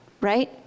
Right